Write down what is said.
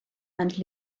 and